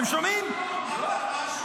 אתם שומעים?